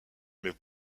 mais